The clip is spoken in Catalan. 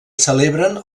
celebren